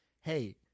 Hey